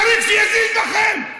צריך שיזיז לכם.